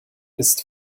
ist